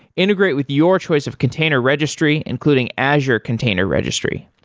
integrate with your choice of container registry including azure container registry.